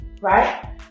right